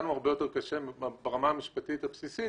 לנו הרבה יותר קשה ברמה המשפטית הבסיסית